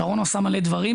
שרונה עושה מלא דברים,